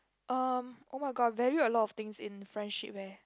uh oh-my-god I value a lot of things in friendship eh